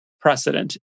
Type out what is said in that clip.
precedent